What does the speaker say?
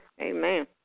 Amen